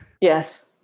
yes